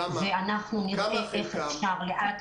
ואנחנו נראה איך אפשר לאט לאט.